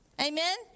Amen